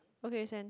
okay sent